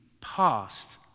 past